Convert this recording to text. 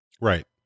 Right